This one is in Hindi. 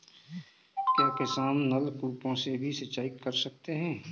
क्या किसान नल कूपों से भी सिंचाई कर सकते हैं?